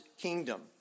kingdom